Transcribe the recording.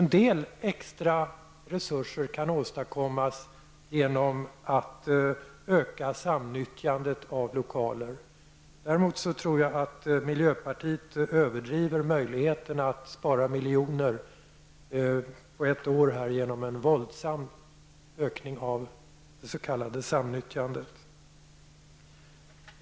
En del extra resurser kan åstadkommas genom att öka samnyttjandet av lokaler. Däremot tror jag att miljöpartiet överdriver möjligheten att spara miljoner på ett år genom en våldsam ökning av det s.k. samnyttjandet.